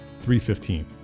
315